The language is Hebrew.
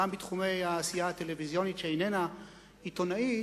גם בתחומי העשייה הטלוויזיונית שאיננה עיתונאית,